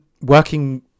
working